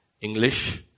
English